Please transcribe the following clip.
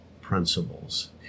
principles